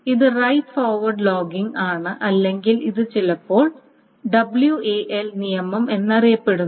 ഇത് write forward logging ആണ് അല്ലെങ്കിൽ ഇത് ചിലപ്പോൾ WAL നിയമം എന്നറിയപ്പെടുന്നു